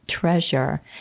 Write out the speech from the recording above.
treasure